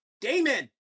Damon